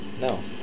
No